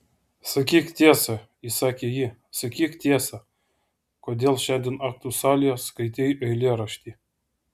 sakyk tiesą įsakė ji sakyk tiesą kodėl šiandien aktų salėje skaitei eilėraštį